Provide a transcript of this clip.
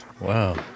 Wow